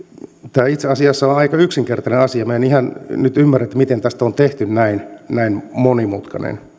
tämä on itse asiassa aika yksinkertainen asia minä en ihan ymmärrä miten tästä on tehty näin näin monimutkainen